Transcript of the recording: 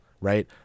right